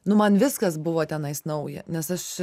nu man viskas buvo tenais nauja nes aš